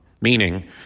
meaning